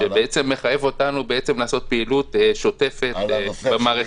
שמחייב אותנו לעשות פעילות שוטפת במערכת.